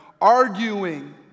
arguing